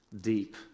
deep